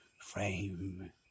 frame